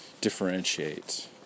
differentiate